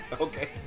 Okay